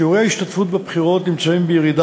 שיעורי ההשתתפות בבחירות נמצאים בירידה,